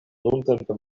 nuntempe